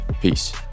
Peace